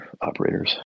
operators